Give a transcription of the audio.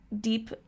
deep